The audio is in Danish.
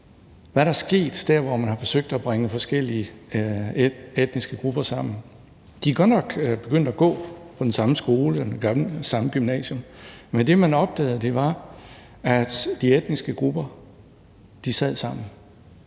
Hvad er der sket der, hvor man har forsøgt at bringe forskellige etniske grupper sammen? De er godt nok begyndt at gå på den samme skole og det samme gymnasium, men det, man opdagede, var, at de etniske grupper sad sammen,